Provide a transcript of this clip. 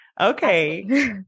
Okay